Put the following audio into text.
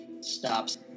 stops